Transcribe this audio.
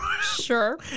Sure